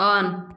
on